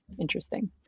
interesting